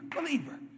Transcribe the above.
believer